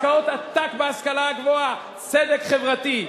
השקעות עתק בהשכלה הגבוהה, צדק חברתי.